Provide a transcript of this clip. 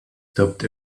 stopped